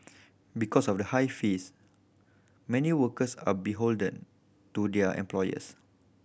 because of the high fees many workers are beholden to their employers